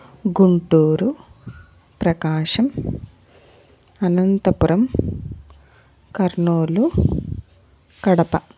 Guntur Prakasam Anantapur Kurnool Kadapa